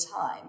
time